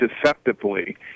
deceptively